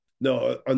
No